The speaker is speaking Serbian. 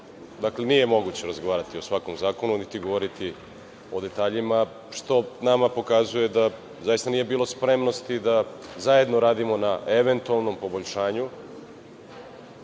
Dakle, nije moguće razgovarati o svakom zakonu niti govoriti o detaljima, što nama pokazuje da zaista nije bilo spremnosti da zajedno radimo na, eventualnom, poboljšanju